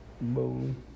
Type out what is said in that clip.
Boom